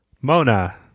Mona